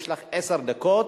יש לך עשר דקות,